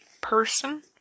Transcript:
person